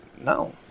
no